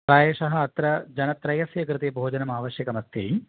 प्रायशः अत्र जनत्रयस्य कृते भोजनमावश्यकमस्ति